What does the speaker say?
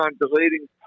deleting